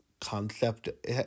concept